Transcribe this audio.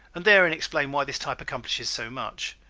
and therein explained why this type accomplishes so much.